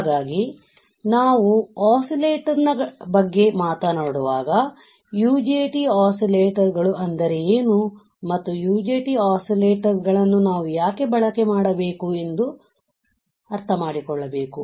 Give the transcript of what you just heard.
ಹಾಗಾಗಿ ನಾವು ಒಸ್ಸಿಲೇಟರ್ಗಳ ಬಗ್ಗೆ ಮಾತನಾಡುವಾಗ UJT ಒಸ್ಸಿಲೇಟರ್ಗಳು ಅಂದರೆ ಏನು ಮತ್ತು UJT ಒಸ್ಸಿಲೇಟರ್ಗಳನ್ನು ನಾವು ಯಾಕೆ ಬಳಕೆ ಮಾಡಬೇಕು ಎಂದು ಅರ್ಥ ಮಾಡಿಕೊಳ್ಳಬೇಕು